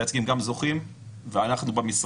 לא להיכנס איתך לוויכוחים שבאמת הם לא חשובים,